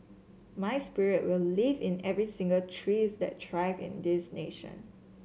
my spirit will live in every single trees that thrive in this nation